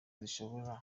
zishobora